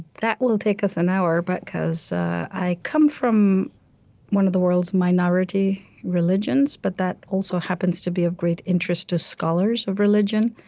that will take us an hour, but because i come from one of the world's minority religions but that also happens to be of great interest to scholars of religion.